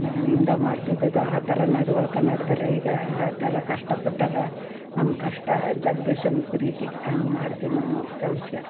ನಾವು ಇಂದ ಮಾಡ್ತಿದ್ದದ್ದು ಆ ಥರ ನಡವಳ್ಕೆ ನಡೆದರೆ ಈಗ ಆ ಥರ ಕಷ್ಟ ಪಟ್ಟಾರ ನಮ್ಮ ಕಷ್ಟ ಜಗ್ದೀಶನ ಪ್ರೀತಿ ಹಂಗೆ ಮಾಡ್ತೀವಿ ನಾವು ಕೆಲ್ಸ